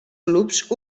clubs